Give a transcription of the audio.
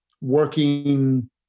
working